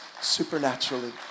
supernaturally